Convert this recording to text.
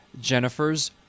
Jennifer's